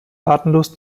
tatenlos